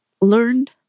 learned